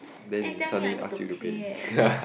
then tell me I need to pay eh